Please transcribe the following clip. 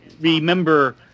remember